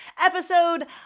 episode